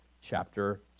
chapter